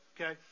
Okay